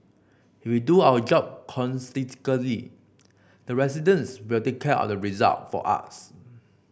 if we do our job the residents will take care of the result for us